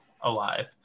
alive